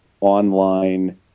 Online